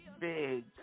Big